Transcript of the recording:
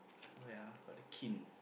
oh ya got the kin